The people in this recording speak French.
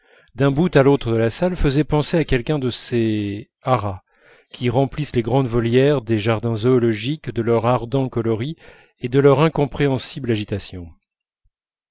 d'un bout à l'autre de la salle faisait penser à quelqu'un de ces aras qui remplissent les grandes volières des jardins zoologiques de leur ardent coloris et de leur incompréhensible agitation